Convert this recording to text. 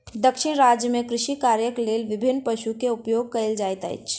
दक्षिण राज्य में कृषि कार्यक लेल विभिन्न पशु के उपयोग कयल जाइत अछि